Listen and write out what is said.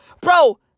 Bro